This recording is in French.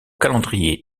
calendrier